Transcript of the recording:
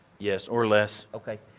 yes or less. okay.